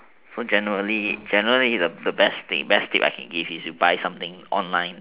so generally generally the best the best tip I can give is you buy online